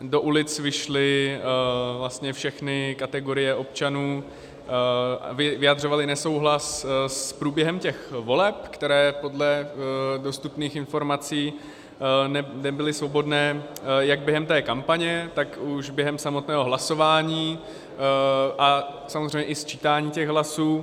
Do ulic vyšly vlastně všechny kategorie občanů, aby vyjadřovaly nesouhlas s průběhem těch voleb, které podle dostupných informací nebyly svobodné jak během té kampaně, tak už během samotného hlasování a samozřejmě i sčítání hlasů.